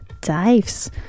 Dives